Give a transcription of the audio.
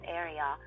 area